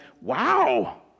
Wow